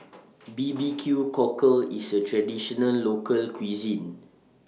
B B Q Cockle IS A Traditional Local Cuisine